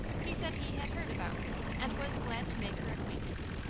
he said he had heard about her and was glad to make her acquaintance.